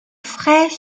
frais